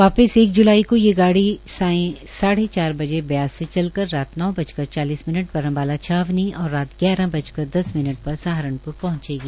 वापिस एक ज्लाई को ये गाड़ी साय साढे चार बजे ब्यास से चलकर रात नौ बजकर चालीस मिनट पर अम्बाला छावनी और रात ग्यारह बजकर दस मिनट पर सहारनप्र पहंचेगी